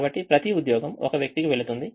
కాబట్టి ప్రతి ఉద్యోగం ఒక వ్యక్తికి వెళుతుంది